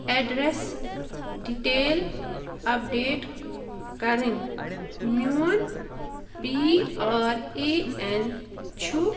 address detail update کَرٕنۍ میٛون P R A N چھُ